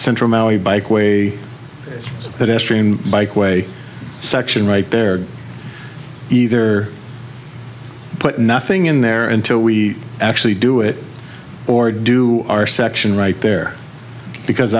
central maui bike way that extreme bike way section right there either put nothing in there until we actually do it or do our section right there because